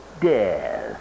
death